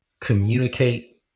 Communicate